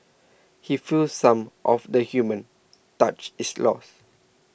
he feels some of the human touch is lost